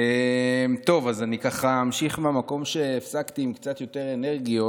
אני אמשיך מהמקום שהפסקתי, עם קצת יותר אנרגיות.